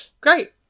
Great